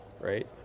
Right